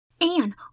Anne